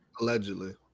Allegedly